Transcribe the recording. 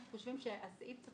אנחנו חושבים שהסעיף לא